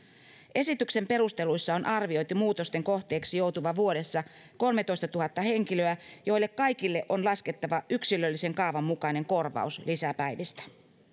esityksen perusteluissa on arvioitu muutosten kohteeksi joutuvan vuodessa kolmetoistatuhatta henkilöä joille kaikille on laskettava yksilöllisen kaavan mukainen korvaus lisäpäivistä